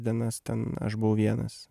dienas ten aš buvau vienas